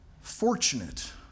Fortunate